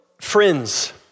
friends